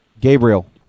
Gabriel